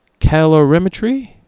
calorimetry